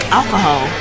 alcohol